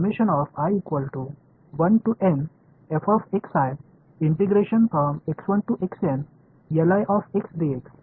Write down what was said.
இங்கே நான் எழுதியுள்ள இந்த வெளிப்பாடு இது f செயல்பாட்டின் தேர்வைப் பொறுத்ததா